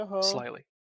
slightly